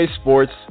Sports